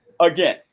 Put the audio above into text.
again